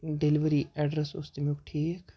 delivery address اوس تمیُک ٹھیٖک